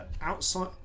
Outside